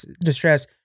distress